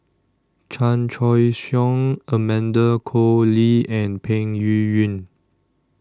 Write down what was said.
Chan Choy Siong Amanda Koe Lee and Peng Yuyun